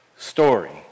Story